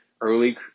early